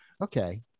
okay